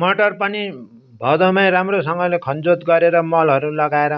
मटर पनि भदौमै राम्रोसँगले खनजोत गरेर मलहरू लगाएर